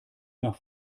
nach